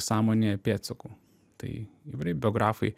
sąmonėje pėdsakų tai įvairiai biografai